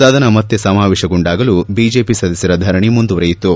ಸದನ ಮತ್ತ ಸಮಾವೇಶಗೊಂಡಾಗಲೂ ಬಿಜೆಪಿ ಸದಸ್ಯರ ಧರಣೆ ಮುಂದುವರೆಯಿತು